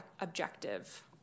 objective